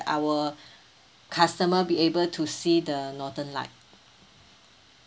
our customer be able to see the northern light